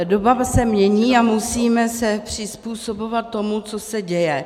Doba se mění a musíme se přizpůsobovat tomu, co se děje.